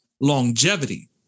longevity